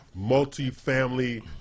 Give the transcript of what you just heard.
multifamily